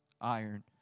iron